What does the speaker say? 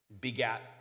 begat